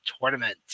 tournament